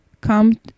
come